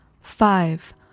Five